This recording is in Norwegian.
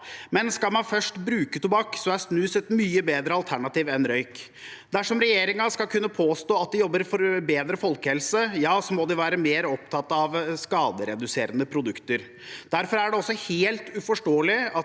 men skal man først bruke tobakk, er snus et mye bedre alternativ enn røyk. Dersom regjeringen skal kunne påstå at de jobber for en bedre folkehelse, må de være mer opptatt av skadereduserende produkter. Derfor er det også helt uforståelig at